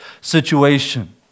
situation